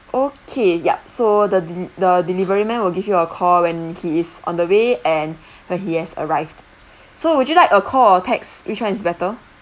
okay yup so the del~ the delivery man will give you a call when he is on the way and when he has arrived so would you like a call or texts which [one] is better